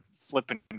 flipping